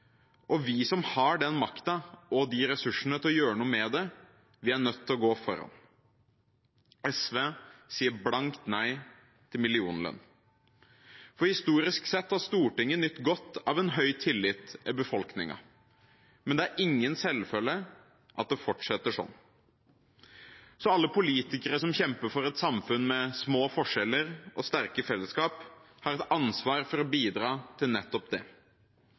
og vi som har makten og ressursene til å gjøre noe med det, er nødt til å gå foran. SV sier blankt nei til millionlønn. Historisk sett har Stortinget nytt godt av en høy tillit i befolkningen, men det er ingen selvfølge at det fortsetter slik. Alle politikere som kjemper for et samfunn med små forskjeller og sterke fellesskap, har et ansvar for å bidra til nettopp det.